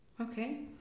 okay